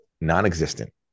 non-existent